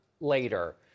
later